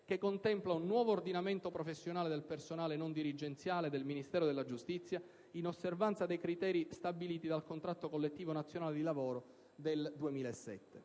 che contempla un nuovo ordinamento professionale del personale non dirigenziale del Ministero della giustizia in osservanza dei criteri stabiliti dal contratto collettivo nazionale di lavoro del 2007.